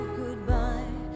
goodbye